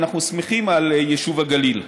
ואנחנו שמחים על יישוב הגליל,